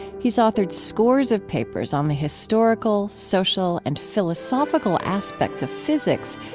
he's authored scores of papers on the historical, social, and philosophical aspects of physics,